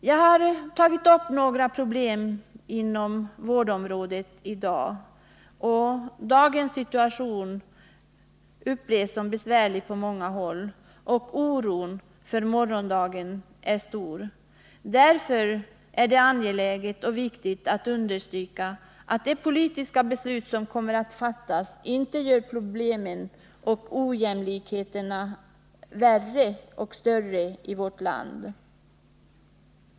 Jag har här pekat på några av de problem som förekommer inom vårdområdet i dag. Den rådande situationen upplevs som besvärlig på många håll, och oron för morgondagen är stor. Därför är det angeläget och viktigt att understryka att det politiska beslut som kommer att fattas inte gör problemen och ojämlikheterna i vårt land ännu större.